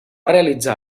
realitzar